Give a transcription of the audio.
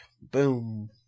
Boom